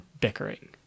bickering